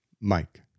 Mike